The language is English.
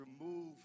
remove